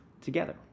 together